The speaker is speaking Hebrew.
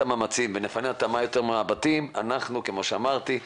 המאמצים ונפנה אותם מהר יותר מהבתים אנחנו כמו שאמרתי,